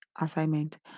assignment